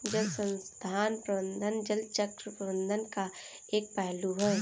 जल संसाधन प्रबंधन जल चक्र प्रबंधन का एक पहलू है